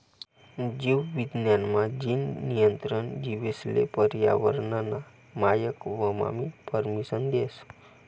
जीव विज्ञान मा, जीन नियंत्रण जीवेसले पर्यावरनना मायक व्हवानी परमिसन देस